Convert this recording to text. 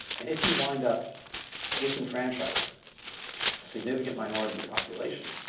and if you wind up disenfranchising a significant minority of your population,